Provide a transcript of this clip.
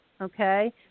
okay